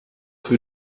für